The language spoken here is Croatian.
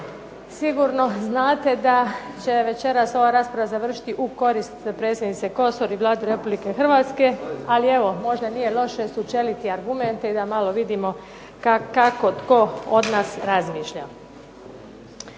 Sigurno znate da će večeras ova rasprava završiti u korist predsjednice Kosor i Vlade Republike Hrvatske, ali evo možda nije loše sučeliti argumente i da malo vidimo kako tko od nas razmišlja.